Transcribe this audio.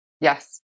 Yes